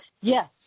Yes